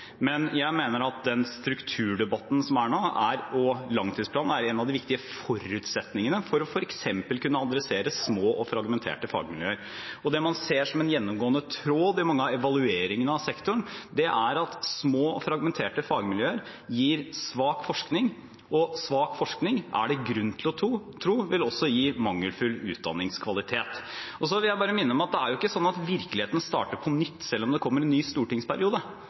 Men jeg mener at den strukturdebatten som foregår nå, og langtidsplanen er en av de viktige forutsetningene for f.eks. å kunne adressere små og fragmenterte fagmiljøer. Det man ser som en gjennomgående tråd i mange av evalueringene av sektoren, er at små og fragmenterte fagmiljøer gir svak forskning, og svak forskning er det grunn til å tro også vil gi mangelfull utdanningskvalitet. Jeg vil bare minne om at virkeligheten ikke starter på nytt selv om det kommer en ny stortingsperiode.